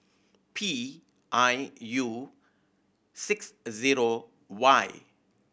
P I U six zero Y